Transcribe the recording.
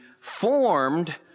formed